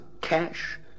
cash